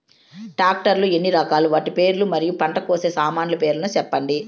Tractor లు ఎన్ని రకాలు? వాటి పేర్లు మరియు పంట కోసే సామాన్లు పేర్లను సెప్పండి?